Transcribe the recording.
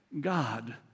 God